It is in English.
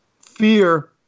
fear